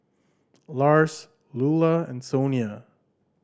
Lars Loula and Sonia